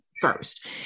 first